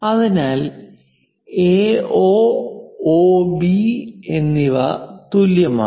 അതിനാൽ AO OB എന്നിവ തുല്യമാണ്